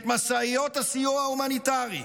את משאיות הסיוע ההומניטרי.